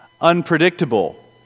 unpredictable